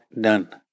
done